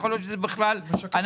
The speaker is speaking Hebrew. יכול להיות שזה בכלל אנכרוניסטי,